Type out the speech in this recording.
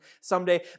someday